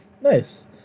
Nice